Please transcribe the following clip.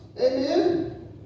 Amen